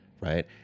right